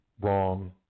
wrong